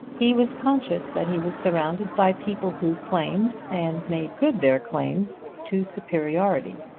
he was conscious that he was surrounded by people who claimed and made good their claims to superiority.